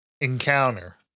encounter